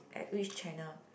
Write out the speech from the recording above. at which channel